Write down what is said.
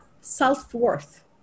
self-worth